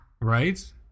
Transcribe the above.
Right